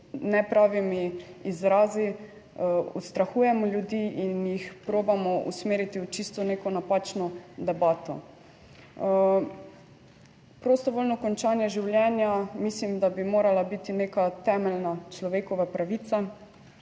nepravimi izrazi ustrahujemo ljudi in jih probamo usmeriti v čisto neko napačno debato. Prostovoljno končanje življenja mislim, da bi morala biti neka temeljna človekova pravica;